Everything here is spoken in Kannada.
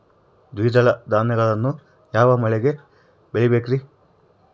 ದ್ವಿದಳ ಧಾನ್ಯಗಳನ್ನು ಯಾವ ಮಳೆಗೆ ಬೆಳಿಬೇಕ್ರಿ?